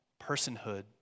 personhood